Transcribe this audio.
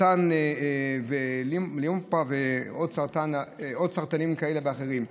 סרטן לימפה ועוד סרטנים כאלה ואחרים.